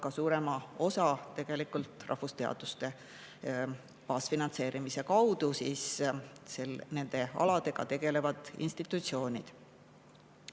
suurema osa rahvusteaduste baasfinantseerimise kaudu nende aladega tegelevad institutsioonid.